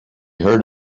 heard